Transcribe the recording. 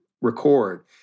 record